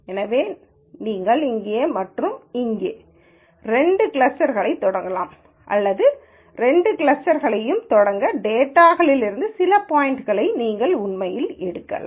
எனவே நீங்கள் இங்கே மற்றும் இங்கே இரண்டு கிளஸ்டர்களைத் தொடங்கலாம் அல்லது இந்த இரண்டு கிளஸ்டர்களையும் தொடங்க டேட்டாகளில் சில பாய்ன்ட்களை நீங்கள் உண்மையில் எடுக்கலாம்